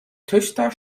töchter